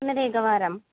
पुनरेकवारम्